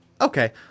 okay